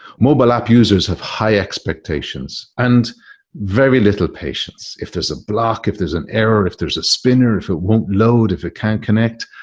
mobile app users have high expectations and very little patience. if there's a block, if there's an error, if there's a spinner, if it won't load, if it can't connect,